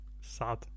sad